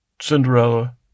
Cinderella